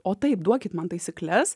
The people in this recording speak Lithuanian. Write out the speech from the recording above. o taip duokit man taisykles